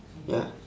ya